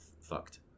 fucked